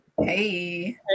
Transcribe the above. Hey